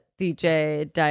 DJ